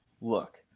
look